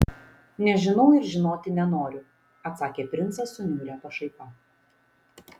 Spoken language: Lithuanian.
nežinau ir žinoti nenoriu atsakė princas su niauria pašaipa